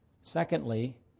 Secondly